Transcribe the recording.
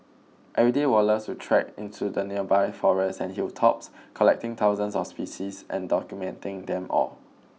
every day Wallace would trek into the nearby forests and hilltops collecting thousands of species and documenting them all